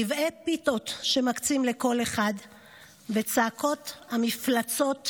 רבעי פיתות שמקצים לכל אחד וצעקות המפלצות ברקע.